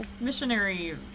Missionary